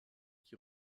qui